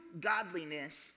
godliness